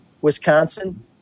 Wisconsin